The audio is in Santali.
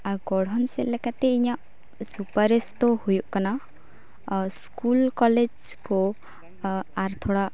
ᱟᱨ ᱜᱚᱲᱦᱚᱱ ᱥᱮᱫ ᱞᱮᱠᱟᱛᱮ ᱤᱧᱟᱹᱜ ᱥᱩᱯᱟᱨᱤᱥᱫᱚ ᱦᱩᱭᱩᱜ ᱠᱟᱱᱟ ᱥᱠᱩᱞ ᱠᱚᱞᱮᱡᱽ ᱠᱚ ᱟᱨ ᱛᱷᱚᱲᱟ